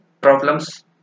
problems